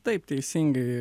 taip teisingai